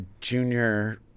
junior